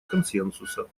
консенсуса